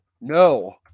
no